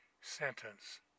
sentence